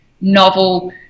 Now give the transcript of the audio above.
novel